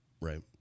Right